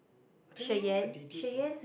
I don't know what they did though